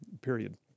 period